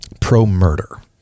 pro-murder